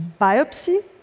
biopsy